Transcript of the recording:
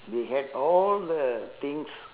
they had all the things